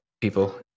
people